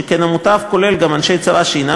שכן המותב כולל גם אנשי צבא שאינם